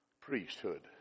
priesthood